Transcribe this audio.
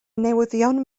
newyddion